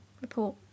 report